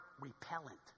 repellent